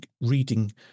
reading